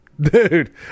dude